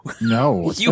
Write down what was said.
No